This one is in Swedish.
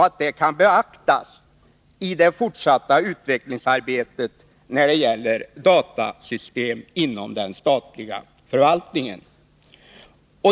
Detta bör beaktas i det fortsatta utvecklingsarbetet av datasystem inom den statliga förvaltningen.